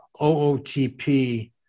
OOTP